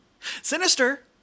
Sinister